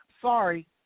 sorry